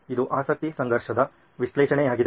ಅದ್ದರಿಂದ ಇದು ಆಸಕ್ತಿ ಸಂಘರ್ಷದ ವಿಶ್ಲೇಷಣೆಯಾಗಿದೆ